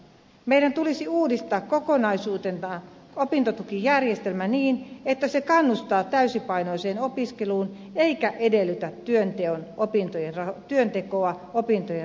meidän tulisi uudistaa kokonaisuutena opintotukijärjestelmä niin että se kannustaa täysipainoiseen opiskeluun eikä edellytä työntekoa opintojen rahoittamiseksi